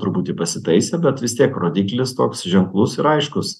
truputį pasitaisė bet vis tiek rodiklis toks ženklus ir aiškus